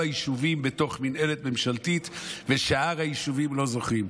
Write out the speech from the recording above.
יישובים בתוך מינהלת ממשלתית ושאר היישובים לא זוכים.